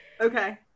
Okay